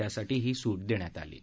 त्यासाठी ही सूट देण्यात आली आहे